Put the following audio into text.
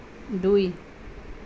দুই